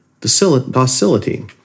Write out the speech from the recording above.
docility